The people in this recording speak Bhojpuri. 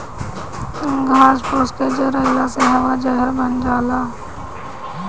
घास फूस के जरइले से हवा जहर बन जाला